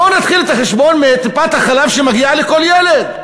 בואו נתחיל את החשבון מטיפת-החלב שמגיעה לכל ילד.